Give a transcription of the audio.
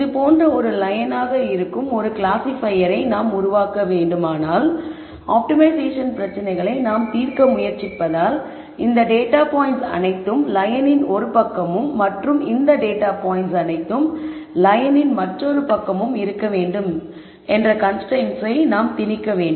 இது போன்ற ஒரு லயன் ஆக இருக்கும் ஒரு க்ளாஸ்ஸிபையரை நாம் உருவாக்க வேண்டுமானால் ஆப்டிமைசேஷன் பிரச்சனைகளை நாம் தீர்க்க முயற்சிப்பதால் இந்த டேட்டா பாய்ண்ட்ஸ் அனைத்தும் லயனின் ஒரு பக்கமும் மற்றும் இந்த பாய்ண்ட்ஸ் அனைத்தும் லயனின் மற்றொரு பக்கமும் இருக்க வேண்டும் என்ற கன்ஸ்டரைன்ட்ஸை நாம் திணிக்க வேண்டும்